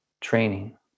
training